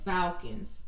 Falcons